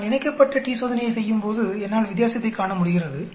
நான் இணைக்கப்பட்ட t சோதனையை செய்யும்போது என்னால் வித்தியாசத்தை காண முடிகிறது